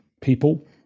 people